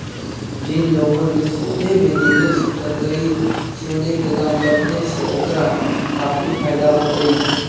जिन लोगों ने सोने में निवेश करकई, सोने के दाम बढ़ने से ओकरा काफी फायदा होतई